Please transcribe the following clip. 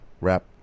wrap